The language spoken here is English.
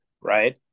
right